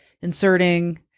inserting